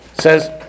says